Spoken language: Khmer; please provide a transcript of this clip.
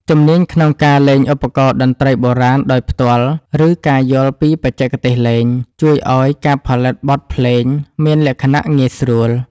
ជំនាញក្នុងការលេងឧបករណ៍តន្ត្រីបុរាណដោយផ្ទាល់ ឬការយល់ពីបច្ចេកទេសលេង ជួយឱ្យការផលិតបទភ្លេងមានលក្ខណៈងាយស្រួល។